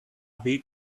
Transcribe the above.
big